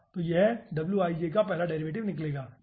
तो यह का पहला डेरिवेटिव निकलेगा ठीक है